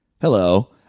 Hello